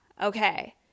okay